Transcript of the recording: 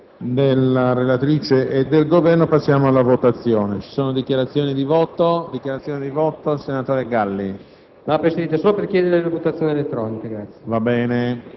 Il parere del Governo è conforme a quello della relatrice.